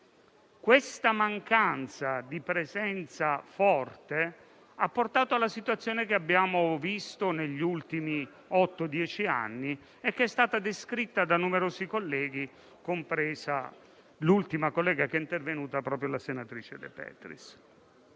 La mancanza di una presenza forte ha portato alla situazione che abbiamo visto negli ultimi otto o dieci anni, che è stata descritta da numerosi colleghi, compresa l'ultima collega intervenuta, la senatrice De Petris.